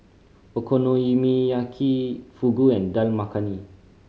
Okonomiyaki Fugu and Dal Makhani